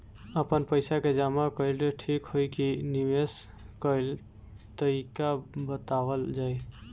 आपन पइसा के जमा कइल ठीक होई की निवेस कइल तइका बतावल जाई?